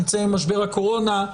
נצא ממשבר הקורונה,